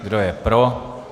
Kdo je pro?